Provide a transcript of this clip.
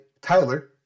Tyler